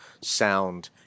sound